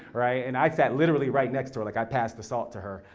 right? and i sat literally right next to her, like i passed the salt to her,